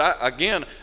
Again